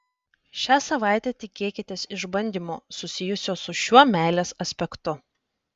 šią savaitę tikėkitės išbandymo susijusio su šiuo meilės aspektu